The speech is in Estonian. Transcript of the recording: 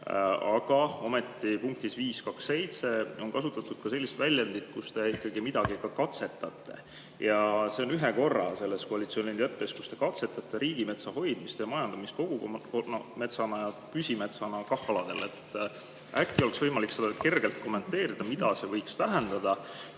Aga ometi on punktis 5.2.7 kasutatud sellist väljendit, et te ikkagi midagi ka katsetate, see sõna on ühe korra selles koalitsioonileppes. Te nimelt katsetate riigimetsa hoidmist ja majandamist kogukonnametsana ja püsimetsana KAH-aladel. Äkki oleks võimalik kergelt kommenteerida, mida see võiks tähendada? Teine